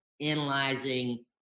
analyzing